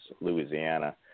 Louisiana